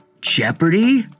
Jeopardy